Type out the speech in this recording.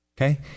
Okay